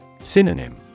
Synonym